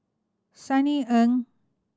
Sunny Ang